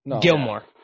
Gilmore